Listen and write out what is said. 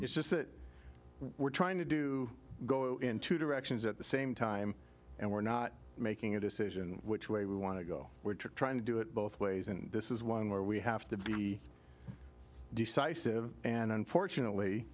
it's just that we're trying to do go in two directions at the same time and we're not making a decision which way we want to go we're trying to do it both ways and this is one where we have to be decisive and unfortunately